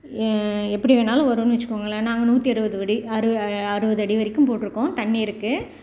எப்படி வேண்ணாலும் வரும்னு வச்சுக்கோங்களேன் நாங்கள் நூற்றி அறுபது அடி அறுபது அறுபது அடி வரைக்கும் போட்டிருக்கோம் தண்ணி இருக்குது